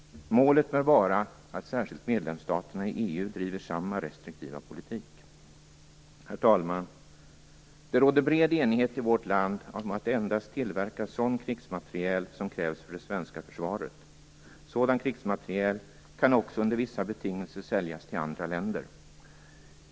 Målet bör vara att särskilt medlemsstaterna i EU driver samma restriktiva politik. Herr talman! Det råder bred enighet i vårt land om att endast tillverka sådan krigsmateriel som krävs för det svenska försvaret. Sådan krigsmateriel kan också under vissa betingelser säljas till andra länder.